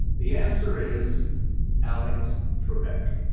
the answer is alex trebek.